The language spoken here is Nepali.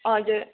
हजुर